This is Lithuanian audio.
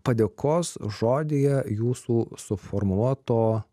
padėkos žodyje jūsų suformuoto